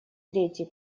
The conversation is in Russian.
третий